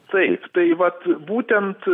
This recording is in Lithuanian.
taip tai vat būtent